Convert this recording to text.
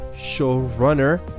showrunner